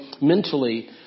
mentally